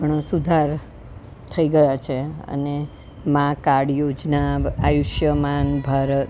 ઘણો સુધાર થઈ ગયા છે અને માં કાર્ડ યોજના આયુષ્યમાન ભારત